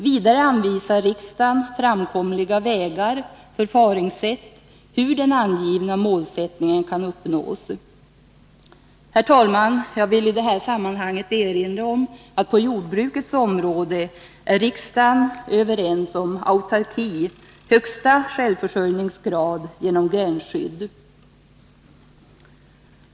Vidare anvisar riksdagen framkomliga vägar och förfaringssätt när det gäller hur jien angivna målsättningen kan uppnås. Herr talman! Jag vill i detta sammanhang erinra om att på jordbrukets område är riksdagen överens om autarki — högsta självförsörjningsgrad — genom gränsskydd.